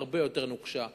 הרבה יותר נוקשה,